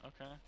Okay